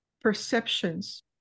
perceptions